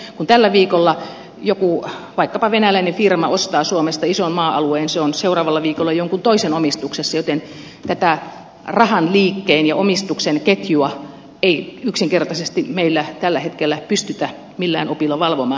kun tällä viikolla joku vaikkapa venäläinen firma ostaa suomesta ison maa alueen se on seuraavalla viikolla jonkun toisen omistuksessa joten tätä rahan liikkeen ja omistuksen ketjua ei yksinkertaisesti meillä tällä hetkellä pystytä millään opilla valvomaan